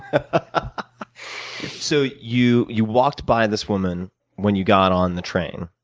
ah so you you walked by this woman when you got on the train.